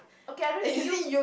okay I don't hit you